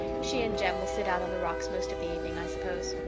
she and jem will sit out on the rocks most of the evening, i suppose.